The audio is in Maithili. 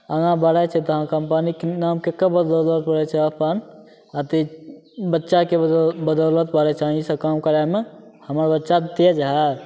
आगाँ बढ़ै छै तऽ कम्पनीके नाम ककर बदौलति बढ़ै छै अपन अथी बच्चाके बद बदौलति बढ़ै छै ईसब काम करैमे हमर बच्चा तेज हइ